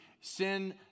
Sin